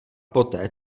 poté